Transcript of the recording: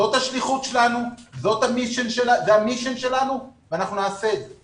זאת השליחות שלנו ואנחנו נעשה את זה.